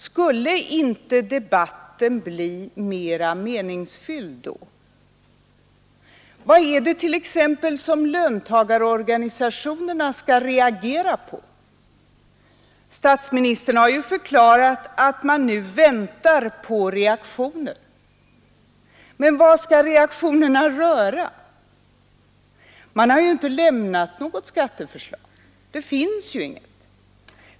Skulle inte debatten bli mer meningsfylld om man gjorde det? Vad är det t.ex. som löntagarorganisationerna skall reagera på? Statsministern har förklarat att man nu väntar på reaktioner, men vad skall reaktionerna röra? Man har inte lämnat något skatteförslag.